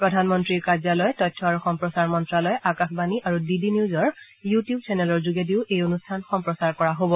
প্ৰধানমন্ত্ৰীৰ কাৰ্যালয় তথ্য আৰু সম্প্ৰচাৰ মন্ত্যালয় আকাশবাণী আৰু ডি ডি নিউজৰ ইউটিউব চেনেলৰ যোগেদিও এই অনুষ্ঠান সম্প্ৰচাৰ কৰা হব